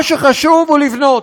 מה שחשוב הוא לבנות,